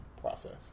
process